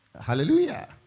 Hallelujah